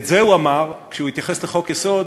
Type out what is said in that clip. את זה הוא אמר כאשר הוא התייחס לחוק-יסוד